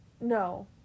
no